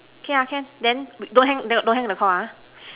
K ah can then don't hang don't hang the Call ah